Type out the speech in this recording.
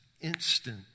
instant